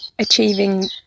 Achieving